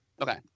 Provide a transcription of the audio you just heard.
Okay